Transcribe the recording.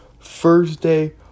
Thursday